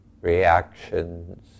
reactions